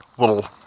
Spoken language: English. little